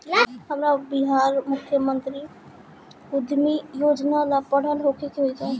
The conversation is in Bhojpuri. हमरा बिहार मुख्यमंत्री उद्यमी योजना ला पढ़ल होखे के होई का?